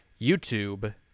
YouTube